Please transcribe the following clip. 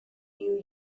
new